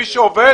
מי שעובד,